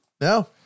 No